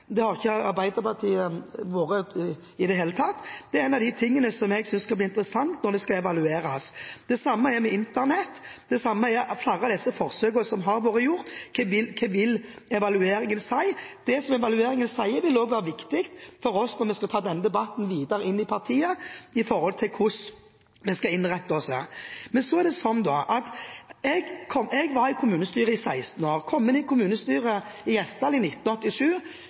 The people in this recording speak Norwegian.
i det hele tatt. Det er en av de tingene som skal bli interessant å se på, når det skal evalueres. Det samme gjelder Internett, og det samme gjelder flere av disse forsøkene som har vært gjort – hva vil evalueringen si? Det som evalueringen sier, vil også være viktig for oss når vi skal ta denne debatten videre inn i partiet, med tanke på hvordan vi skal innrette oss. Men så er det slik: Jeg var i kommunestyret i 16 år. Jeg kom inn i kommunestyret i Gjesdal i 1987,